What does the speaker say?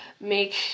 Make